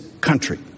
country